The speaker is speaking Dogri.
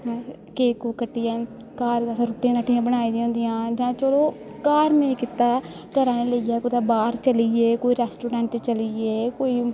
में केक कूक कट्टियै घर गै असें रुट्टियां रट्टियां बनाई दियां होंदियां जां जां चलो घर नेईं कीता घरा आह्लें गी लेइयै कुतै बाह्र चली गे कुतै रैस्ट्रोरेंट चली गे कोई